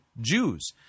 Jews